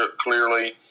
clearly